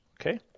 okay